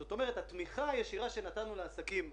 זאת אומרת, התמיכה הישירה שנתנו לעסקים --- אגב,